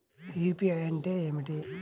UPI అంటే ఏమిటీ?